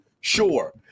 sure